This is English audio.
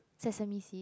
sesame seed